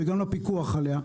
וגם לפיקוח עליה,